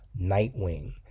Nightwing